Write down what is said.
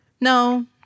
No